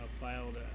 filed